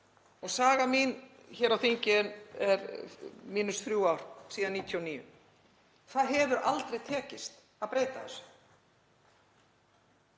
og saga mín hér á þingi er, mínus þrjú ár, síðan 1999. Það hefur aldrei tekist að breyta þessu.